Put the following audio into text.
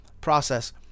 process